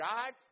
God